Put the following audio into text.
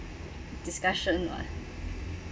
discussion [what]